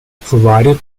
provided